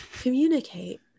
Communicate